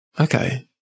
okay